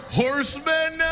horsemen